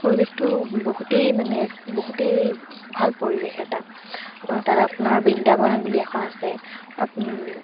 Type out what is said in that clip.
পৰিৱেশটো বহুতেই মানে বহুতেই ভাল পৰিৱেশ এটা আমাৰ তাত আপোনাৰ বৃন্দাবন বুলি এখন আছে